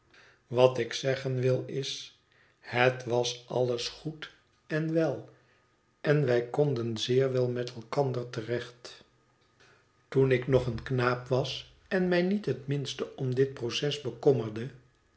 wat ik zeggen wil is het was alles goed en wel en wij konden zeer wel met elkander te recht richard tracht zich te rechtvaardigen toen ik nog een knaap was en m ij tet iet minste om dit proces bekommerde